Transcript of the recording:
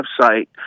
website